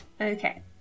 Okay